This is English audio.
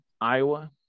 Iowa